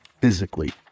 physically